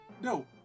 No